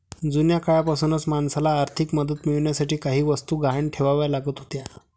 जुन्या काळापासूनच माणसाला आर्थिक मदत मिळवण्यासाठी काही वस्तू गहाण ठेवाव्या लागत होत्या